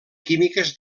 químics